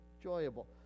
enjoyable